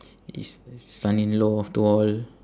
his son-in-law after all